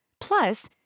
Plus